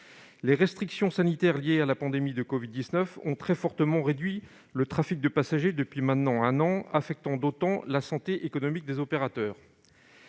Les restrictions sanitaires liées à la pandémie de covid-19 ont très fortement réduit le trafic de passagers depuis un an, affectant ainsi la santé économique des opérateurs.